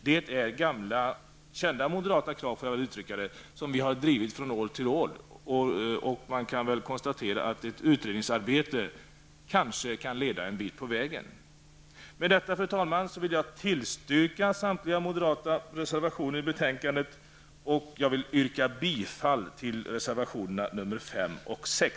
Detta är gamla kända moderata krav, som vi har drivit år efter år. Man kan konstatera att utredningsarbetet kanske kan leda en bit på vägen. Fru talman! Med detta vill jag tillstyrka samtliga moderata reservationer i betänkandet och yrka bifall till reservationerna 5 och 6.